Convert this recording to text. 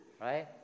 right